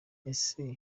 ese